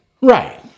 Right